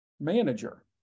manager